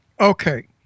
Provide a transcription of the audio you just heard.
Okay